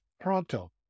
pronto